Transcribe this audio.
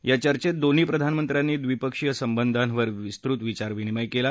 या चर्चेत दोन्ही प्रधानमंत्र्यांनी द्विपक्षीय संबंधांवर विस्तृत विचारविनिमय केला